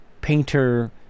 painter